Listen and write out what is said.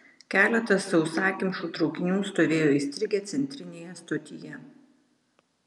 keletas sausakimšų traukinių stovėjo įstrigę centrinėje stotyje